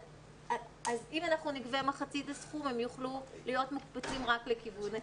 אם אנחנו נגבה מחצית הסכום הם יוכלו להיות מוקפצים רק לכיוון אחד.